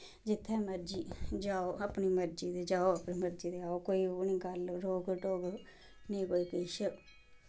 जित्थें मर्जी जाओ अपनी मर्जी दे जाओ अपनी मर्जी दे आओ कोई ओह् नी गल्ल रोक टोक नेंई कोई किश